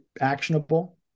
actionable